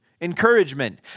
encouragement